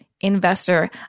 investor